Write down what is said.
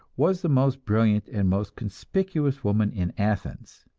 was the most brilliant and most conspicuous woman in athens.